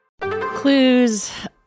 Clues